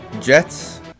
Jets